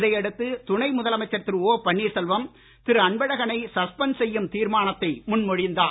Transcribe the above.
இதை அடுத்து துணை முதலமைச்சர் திரு ஓ பன்னீர்செல்வம் திரு அன்பழகனை சஸ்பென்ட் செய்யும் தீர்மானத்தை முன்மொழிந்தார்